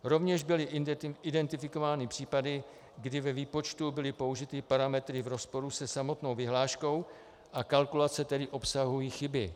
Rovněž byly identifikovány případy, kdy ve výpočtu byly použity parametry v rozporu se samotnou vyhláškou, a kalkulace tedy obsahují chyby.